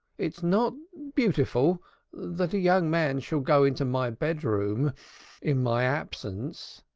it is not beautiful that a young man shall go into my bedroom in my absence,